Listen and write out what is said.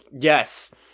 yes